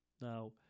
Now